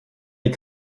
les